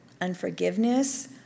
unforgiveness